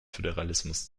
föderalismus